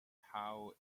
how